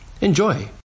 Enjoy